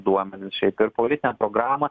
duomenis šiaip ir politinę programą